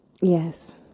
Yes